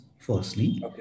firstly